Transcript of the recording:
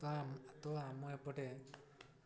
ତ ଆମ ଏପଟେ